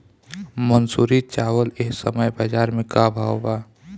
मंसूरी चावल एह समय बजार में का भाव बा?